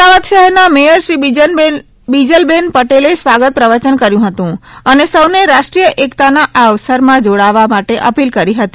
અમદાવાદ શહેરના મૈયરશ્રી બિજલબેન પટેલએ સ્વાગત પ્રવયન કર્યુ હતુ અને સૌને રાષ્ટ્રીય એકતાના આ અવસરમાં જોડાવા માટે અપીલ કરી હતી